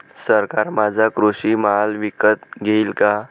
सरकार माझा कृषी माल विकत घेईल का?